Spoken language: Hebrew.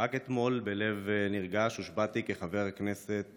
רק אתמול הושבעתי בלב נרגש כחבר הכנסת